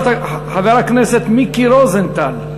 חבר הכנסת מיקי רוזנטל.